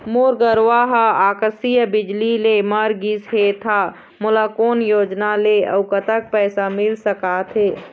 मोर गरवा हा आकसीय बिजली ले मर गिस हे था मोला कोन योजना ले अऊ कतक पैसा मिल सका थे?